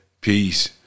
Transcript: Peace